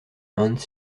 hans